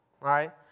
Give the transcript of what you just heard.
right